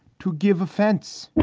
to give offense.